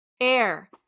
Air